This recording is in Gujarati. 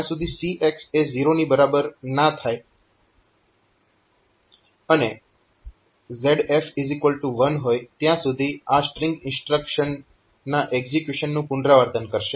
જ્યાં સુધી CX એ 0 ના બરાબર ન થાય અને ZF1 હોય ત્યાં સુધી આ સ્ટ્રીંગ ઇન્સ્ટ્રક્શનના એકઝીકયુશનનું પુનરાવર્તન કરશે